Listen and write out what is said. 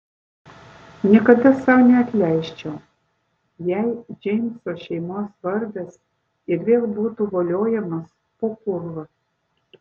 niekada sau neatleisčiau jei džeimso šeimos vardas ir vėl būtų voliojamas po purvą